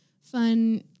fun